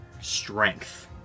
Strength